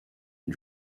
and